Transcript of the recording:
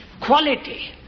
quality